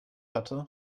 hatte